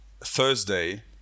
Thursday